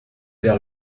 vers